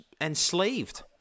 enslaved